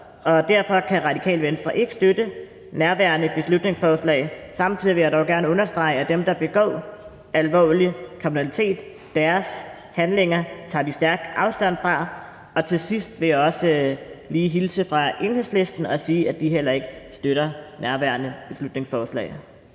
derfor kan Det Radikale Venstre ikke støtte nærværende beslutningsforslag. Samtidig vil jeg dog gerne understrege, vi tager stærkt afstand fra de handlinger, som dem, der begår alvorlig kriminalitet, udfører. Til sidst vil jeg også lige hilse fra Enhedslisten og sige, at de heller ikke støtter nærværende beslutningsforslag.